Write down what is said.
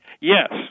Yes